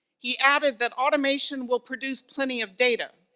he added that automation will produce plenty of data,